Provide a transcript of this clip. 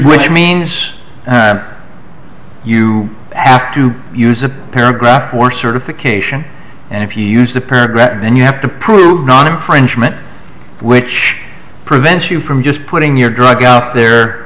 which means you have to use a paragraph for certification and if you use the paragraph and you have to prove non of cringe meant which prevents you from just putting your drug out there